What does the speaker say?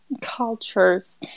cultures